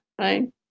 Right